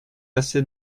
assez